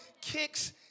kicks